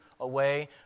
...away